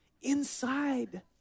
inside